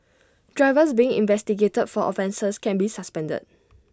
drivers being investigated for offences can be suspended